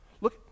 Look